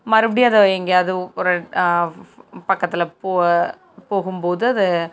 மறுபடியும் அதை எங்கேயாவது ஒரு பக்கத்தில் போ போகும் போது அதை